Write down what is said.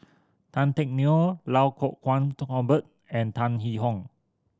Tan Teck Neo Iau Kuo Kwong Robert and Tan Yee Hong